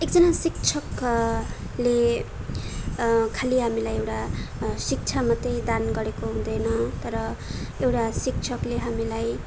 एकजना शिक्षक ले खालि हामीलाई एउटा शिक्षा मात्रै दान गरेको हुँदैन तर एउटा शिक्षकले हामीलाई